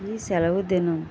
ఈ సెలవు దినం